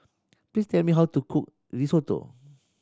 please tell me how to cook Risotto